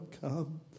come